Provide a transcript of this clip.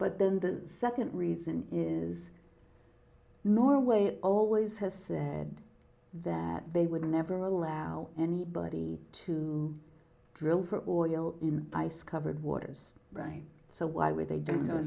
but then the second reason is norway always has said that they would never allow anybody to drill for oil in ice covered waters right so why would they do